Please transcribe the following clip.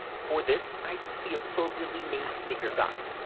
for this, i use the appropriately named sneaker sock.